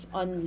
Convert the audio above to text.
on